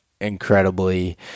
incredibly